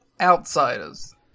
outsiders